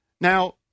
Now